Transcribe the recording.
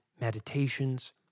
meditations